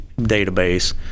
database